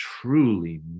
truly